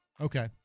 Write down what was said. Okay